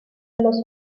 los